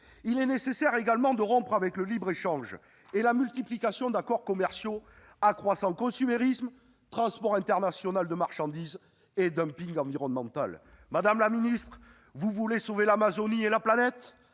Il est nécessaire également de rompre avec le libre-échange et la multiplication d'accords commerciaux accroissant consumérisme, transport international de marchandises et dumping environnemental. Madame la ministre, vous voulez sauver l'Amazonie et la planète ?